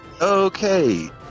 Okay